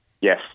Yes